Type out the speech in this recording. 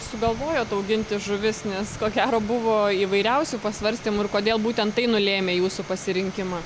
sugalvojot auginti žuvis nes ko gero buvo įvairiausių pasvarstymų ir kodėl būtent tai nulėmė jūsų pasirinkimą